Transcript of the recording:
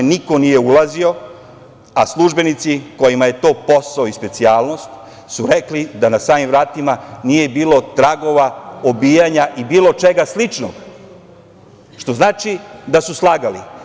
Niko nije ulazio, a službenici kojima je to posao i specijalnost su rekli da na samim vratima nije bilo tragova obijanja i bilo čega sličnog, što znači da su slagali.